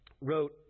wrote